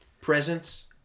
presence